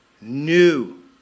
new